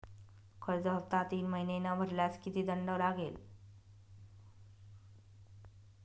कर्ज हफ्ता तीन महिने न भरल्यास किती दंड लागेल?